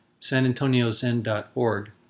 sanantoniozen.org